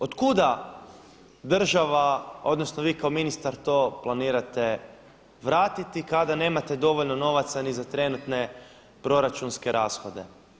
Od kuda država, odnosno vi kao ministar to planirate vratiti kada nemate dovoljno novaca ni za trenutne proračunske rashode.